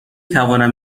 توانم